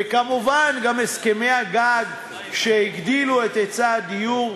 וכמובן, גם הסכמי הגג שהגדילו את היצע הדיור.